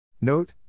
Note